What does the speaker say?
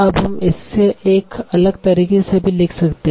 अब हम इसे एक अलग तरीके से भी लिख सकते हैं